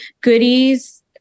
goodies